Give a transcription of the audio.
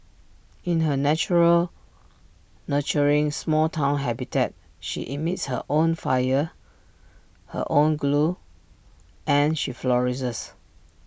in her natural nurturing small Town habitat she emits her own fire her own glow and she flourishes